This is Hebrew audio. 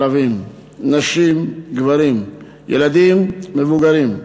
ערבים, נשים, גברים, ילדים, מבוגרים.